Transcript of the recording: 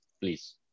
Please